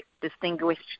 distinguished